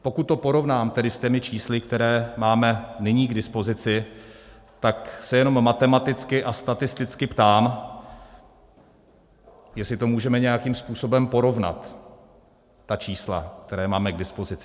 Pokud to porovnám s čísly, která máme nyní k dispozici, tak se jenom matematicky a statisticky ptám, jestli můžeme nějakým způsobem porovnat ta čísla, která máme k dispozici.